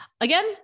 again